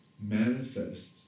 manifest